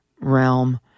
realm